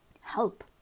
help